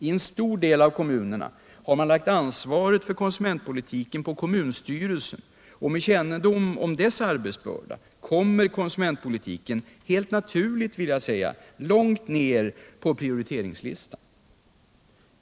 I en stor del av kommunerna har man lagt ansvaret för konsumentpolitiken på kommunstyrelsen, och med kännedom om dess arbetsbörda kommer konsumentpolitiken helt naturligt långt ner på prioriteringslistan.